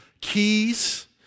keys